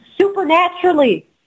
Supernaturally